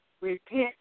Repent